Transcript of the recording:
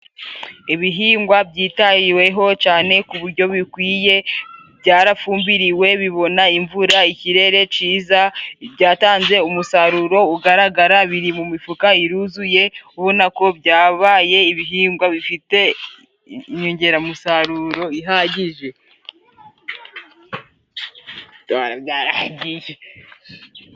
Ibihingwa byitaweho cane ku buryo bikwiye, byarafumbiriwe, bibona imvura, ikirere ciza, byatanze umusaruro ugaragara, biri mu mifuka iruzuye, ubona ko byabaye ibihingwa bifite inyongeramusaruro ihagije.